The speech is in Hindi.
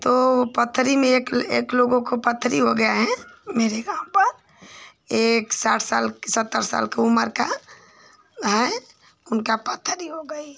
तो पथरी में एक एक लोगों को पथरी हो गई है मेरे गाँव पर एक साठ साल सत्तर साल की उमर का है उनको पथरी हो गई